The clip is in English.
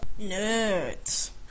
nerds